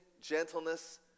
gentleness